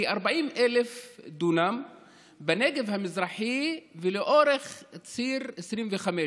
כ-40,000 דונם בנגב המזרחי ולאורך ציר 25,